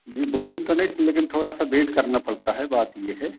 जी booking तो नहीं लेकिन थोड़ा सा वेट करना पड़ सकता है बात यह है